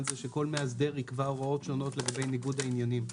זה שכל מאסדר יקבע הוראות שונות לגבי ניגוד העניינים.